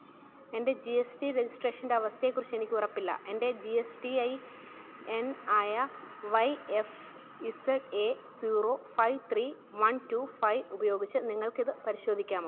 എൻ്റെ G S T രെജിസ്ട്രേഷൻ്റെ അവസ്ഥയെക്കുറിച്ച് എനിക്കുറപ്പില്ല എൻ്റെ G S T I N ആയ Y F Z A zero five three one two five ഉപയോഗിച്ച് നിങ്ങൾക്കിത് പരിശോധിക്കാമോ